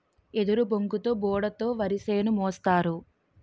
ఎదురుబొంగుతో బోడ తో వరిసేను మోస్తారు